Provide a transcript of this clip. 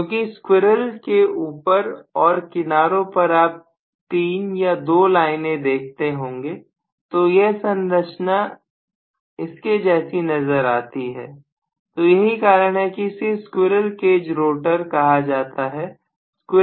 क्योंकि स्क्विरल के ऊपर और किनारों पर आप 3 या 2 लाइनें देखते होंगे तो यह संरचना इसके जैसी नजर आती है तो यही कारण है कि इसे स्क्विरल केज रोटर कहा जाता है